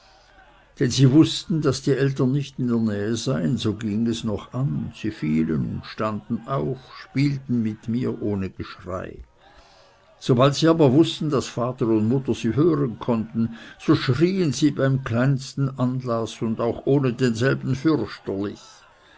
wenn sie wußten daß die eltern nicht in der nähe seien so ging es noch an sie fielen und standen auf spielten mit mir ohne geschrei sobald sie aber wußten daß vater und mutter sie hören konnten so schrieen sie beim kleinsten anlaß und auch ohne denselben fürchterlich